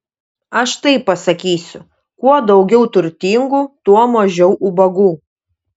aš taip pasakysiu kuo daugiau turtingų tuo mažiau ubagų